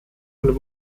und